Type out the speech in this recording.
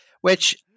which-